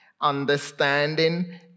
understanding